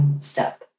step